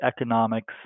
economics